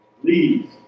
Please